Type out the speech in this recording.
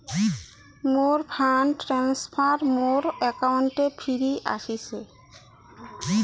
মোর fund transfer মোর অ্যাকাউন্টে ফিরি আশিসে